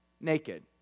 naked